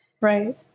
Right